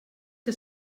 que